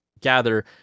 gather